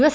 S